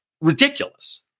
ridiculous